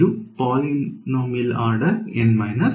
ಇದು poly order n 1